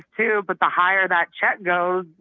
too, but the higher that check goes,